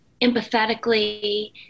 empathetically